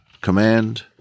command